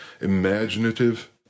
imaginative